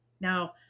Now